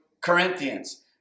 Corinthians